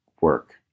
work